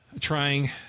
Trying